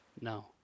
No